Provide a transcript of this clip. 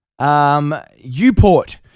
Uport